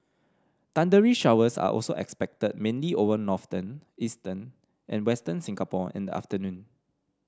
thundery showers are also expected mainly over northern eastern and Western Singapore in the afternoon